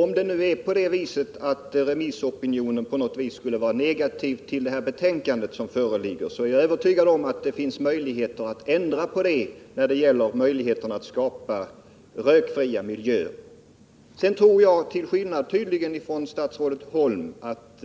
Herr talman! Om nu remissopinionen på något sätt skulle vara negativ till det delbetänkande som föreligger, så är jag övertygad om att det finns möjligheter att ändra på detta. Sedan tror jag, tydligen till skillnad från statsrådet Holm, att